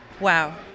Wow